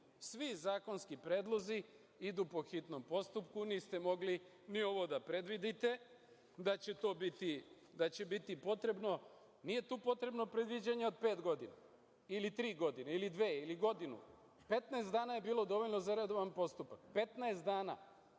Svi zakonski predlozi idu po hitnom postupku. Niste mogli ni ovo da predvidite da će biti potrebno. Nije tu potrebno predviđanje od pet godina ili tri godine ili dve ili godinu, 15 dana je bilo dovoljno za redovan postupak i vi